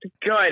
Good